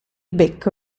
becco